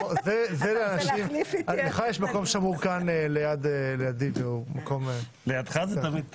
זיכרוני כצופה מן הצד בדיונים מהסוג הזה למדתי